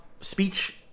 speech